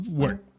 work